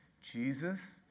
Jesus